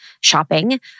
shopping